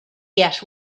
yet